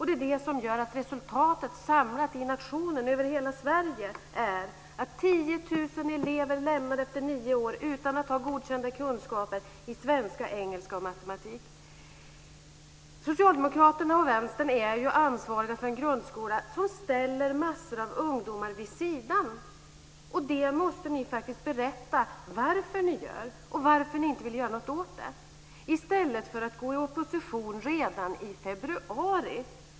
Det är det som gör att det samlade resultatet - hela nationens resultat - är att 10 000 elever lämnar skolan efter nio år utan att ha godkända kunskaper i svenska, engelska och matematik. Socialdemokraterna och Vänstern är ansvariga för en grundskola som ställer massor av ungdomar vid sidan. Ni måste berätta varför ni gör så och varför ni inte vill göra något åt det, i stället för att gå i opposition redan i februari.